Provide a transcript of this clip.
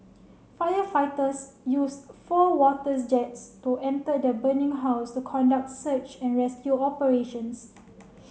firefighters used four water jets to enter the burning house to conduct search and rescue operations